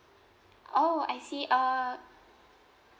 oh I see uh